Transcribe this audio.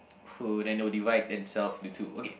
who then they will divide themself into two okay